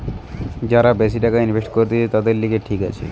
যারা বেশি টাকা ইনভেস্ট করতিছে, তাদের লিগে ঠিক আছে